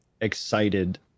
excited